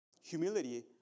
Humility